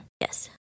Yes